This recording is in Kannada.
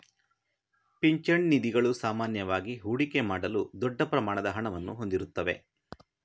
ಪಿಂಚಣಿ ನಿಧಿಗಳು ಸಾಮಾನ್ಯವಾಗಿ ಹೂಡಿಕೆ ಮಾಡಲು ದೊಡ್ಡ ಪ್ರಮಾಣದ ಹಣವನ್ನು ಹೊಂದಿರುತ್ತವೆ